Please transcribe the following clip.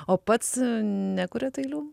o pats nekuriat eilių